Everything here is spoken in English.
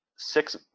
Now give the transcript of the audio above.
six